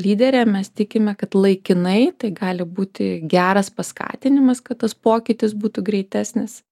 lyderė mes tikime kad laikinai tai gali būti geras paskatinimas kad tas pokytis būtų greitesnis